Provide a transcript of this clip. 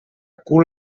cul